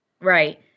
Right